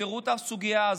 ותפתרו את הסוגיה הזאת,